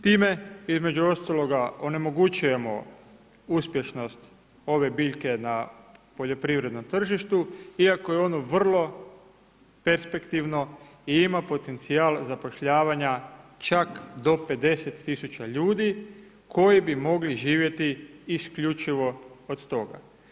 Time, između ostaloga onemogućujemo uspješnost ove biljke na poljoprivrednom tržištu iako je ono vrlo perspektivno i ima potencijal zapošljavanja čak do 50 tisuća ljudi koji bi mogli živjeti isključivo od toga.